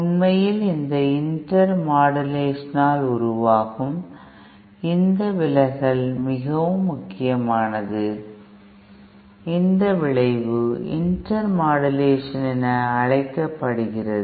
உண்மையில் இந்த இந்த இன்டர் மாடுலேஷன் ஆல் உருவாகும் இந்த விலகல் மிகவும் முக்கியமானது இந்த விளைவு இன்டர் மாடுலேஷன் என அழைக்கப்படுகிறது